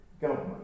government